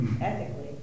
ethically